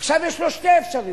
עכשיו, יש לו שתי אפשרויות: